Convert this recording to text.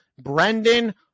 Brendan